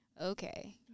okay